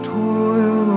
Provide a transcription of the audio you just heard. toil